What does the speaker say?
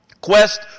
quest